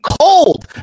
cold